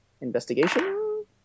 Investigation